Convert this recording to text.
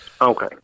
Okay